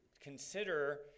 consider